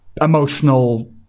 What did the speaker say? emotional